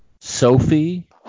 Sophie